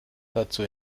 dazu